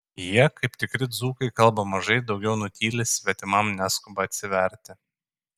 jie kaip tikri dzūkai kalba mažai daugiau nutyli svetimam neskuba atsiverti